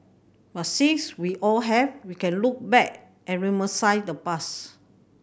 but since we all have we can look back and reminisce the past